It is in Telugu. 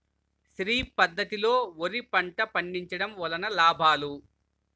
శ్రీ పద్ధతిలో వరి పంట పండించడం వలన లాభాలు?